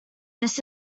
this